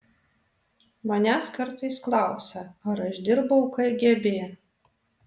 manęs kartais klausia ar aš dirbau kgb